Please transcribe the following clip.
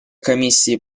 комиссии